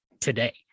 today